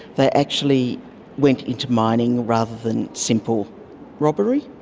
they actually went into mining rather than simple robbery.